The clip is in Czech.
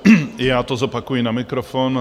I já to zopakuji na mikrofon.